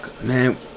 Man